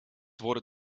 wurde